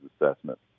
Assessment